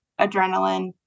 adrenaline